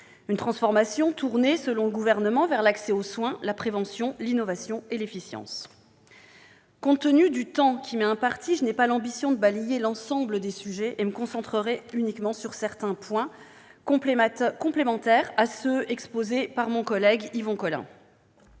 Cette transformation est tournée, selon le Gouvernement, vers « l'accès aux soins, la prévention, l'innovation et l'efficience ». Compte tenu du temps qui m'est imparti, je n'ai pas l'ambition de passer en revue l'ensemble des sujets ; je me concentrerai sur certains points, complémentaires de ceux qu'abordera mon collègue Yvon Collin.